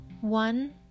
one